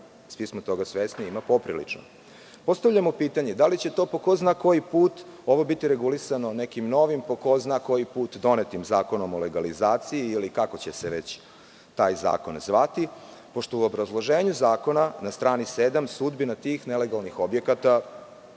svi smo toga svesni, ima poprilično. Postavljamo pitanje – da li će to, po ko zna koji put, biti regulisano nekim novim po ko zna koji put donetim zakonom o legalizaciji, ili kako će se već taj zakon zvati, pošto u obrazloženju zakona na strani sedam sudbina tih nelegalnih objekata